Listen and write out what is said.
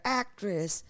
actress